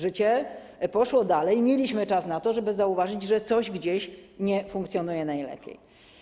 Życie poszło dalej, mieliśmy czas na to, żeby zauważyć, że coś gdzieś nie funkcjonuje najlepiej.